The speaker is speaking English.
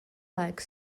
like